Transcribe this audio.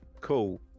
Cool